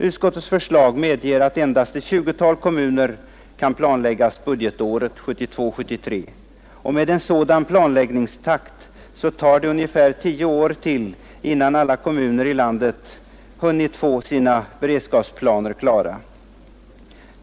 Utskottets förslag medger att endast ett 20-tal kommuner kan planläggas budgetåret 1972/73. Med en sådan planläggningstakt tar det ungefär tio år till innan alla kommuner i landet hunnit få sina beredskapsplaner färdiga.